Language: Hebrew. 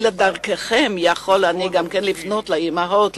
אלא דרככם יכול אני גם לפנות לאמהות,